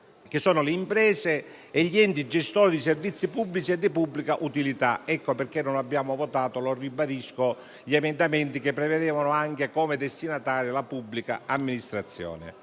ossia le imprese e gli enti gestori di servizi pubblici e di pubblica utilità. Ecco perché non abbiamo votato - lo ribadisco - gli emendamenti che prevedevano come destinataria anche la pubblica amministrazione.